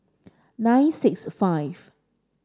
nine six five